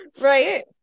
Right